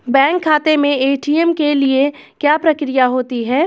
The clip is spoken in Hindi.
बैंक खाते में ए.टी.एम के लिए क्या प्रक्रिया होती है?